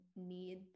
need